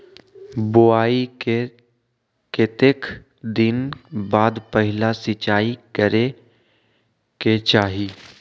बोआई के कतेक दिन बाद पहिला सिंचाई करे के चाही?